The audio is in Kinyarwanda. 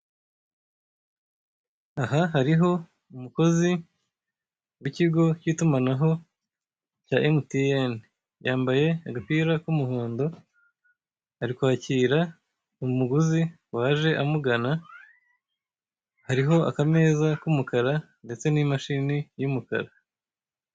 Aha hariho umukozi w'ikigo cy'itumanaho cya emutiyeni. Yambaye agapira k'umuhondo, ari kwakira umuguzi waje amugana. Hariho akameza k'umukara ndetse n'imashini y'umukara.